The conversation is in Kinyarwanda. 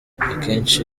akenshi